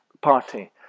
party